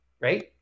right